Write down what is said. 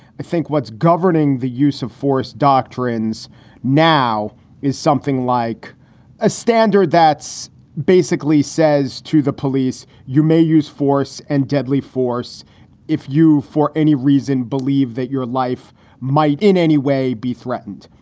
i think what's governing the use of force doctrines now is something like a standard that's basically says to the police. you may use force and deadly force if you for any reason believe that your life might in any way be threatened.